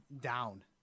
down